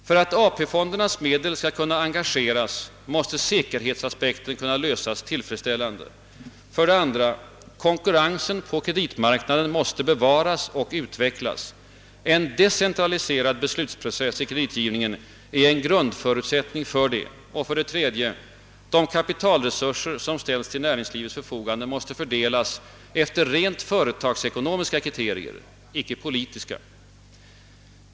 För att AP-fondernas medel skall kunna engageras måste säkerhetsfrågan kunna lösas tillfredsställande. 2. Konkurrensen på kreditmarknaden måste bevaras och utvecklas. En decentraliserad beslutsprocess i kreditgivningen är en grundförutsättning härför. 3. De kapitalresurser som ställs till näringslivets förfogande måste fördelas efter rent företagsekonomiska kriterier, icke politiska.